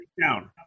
down